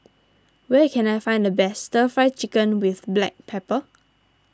where can I find the best Stir Fry Chicken with Black Pepper